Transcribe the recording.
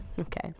okay